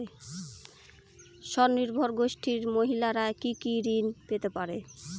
স্বনির্ভর গোষ্ঠীর মহিলারা কি কি ঋণ পেতে পারে?